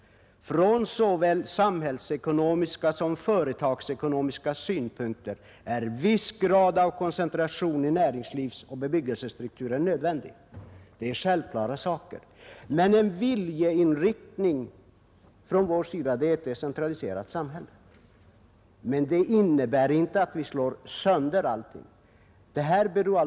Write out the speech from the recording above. Från såväl samhällsekonomiska som företagsekonomiska synpunkter är viss grad av koncentration i näringslivsoch bebyggelsestrukturen nödvändig.” Det är självklara saker. Men en viljeinriktning från vår sida är ett decentraliserat samhälle. Det innebär dock inte att vi slår sönder allting.